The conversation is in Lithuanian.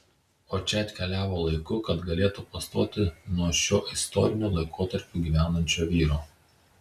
o čia atkeliavo laiku kad galėtų pastoti nuo šiuo istoriniu laikotarpiu gyvenančio vyro